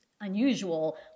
unusual